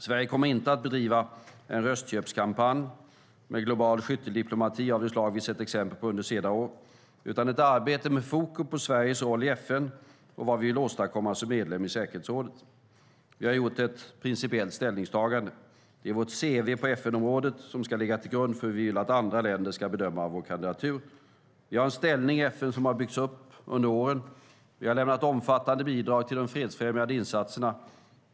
Sverige kommer inte att bedriva en "röstköpskampanj" med global skytteldiplomati av det slag vi sett exempel på under senare år utan ett arbete med fokus på Sveriges roll i FN och vad vi vill åstadkomma som medlem i säkerhetsrådet. Vi har gjort ett principiellt ställningstagande. Det är vårt cv på FN-området som ska ligga till grund för hur vi vill att andra länder ska bedöma vår kandidatur. Vi har en ställning i FN som har byggts upp genom åren. Vi har lämnat omfattande bidrag till de fredsfrämjande insatserna.